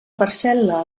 parcel·la